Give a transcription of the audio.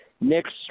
Next